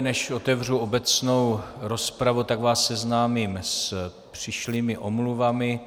Než otevřu obecnou rozpravu, tak vás seznámím s přišlými omluvami.